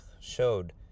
showed